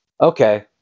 Okay